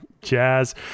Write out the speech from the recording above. jazz